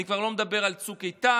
אני כבר לא מדבר על צוק איתן,